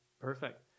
Perfect